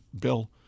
Bill